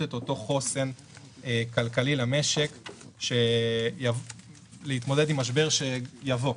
את אותו חוסן כלכלי למשק להתמודד עם משבר שיבוא.